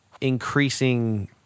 increasing